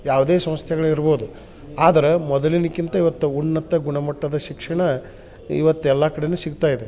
ಯಾವುದೇ ಸಂಸ್ಥೆಗಳು ಇರ್ಬೋದು ಆದರೆ ಮೊದಲಿನ್ಕಿಂತ ಇವತ್ತು ಉನ್ನತ ಗುಣಮಟ್ಟದ ಶಿಕ್ಷಣ ಇವತ್ತು ಎಲ್ಲಾ ಕಡೆನು ಸಿಗ್ತಾಯಿದೆ